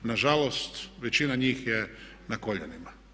Nažalost, većina njih je na koljenima.